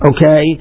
Okay